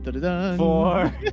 four